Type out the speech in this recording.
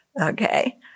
Okay